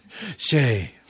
Shay